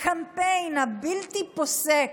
הקמפיין הבלתי-פוסק